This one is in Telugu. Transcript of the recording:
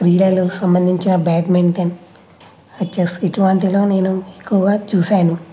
క్రీడలు సంబంధించిన బ్యాడ్మింటన్ చెస్ ఇటువంటిలో నేను ఎక్కువగా చూశాను